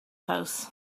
house